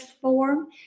form